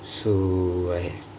so I